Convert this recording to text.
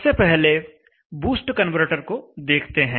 सबसे पहले boost converter को देखते हैं